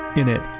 in it,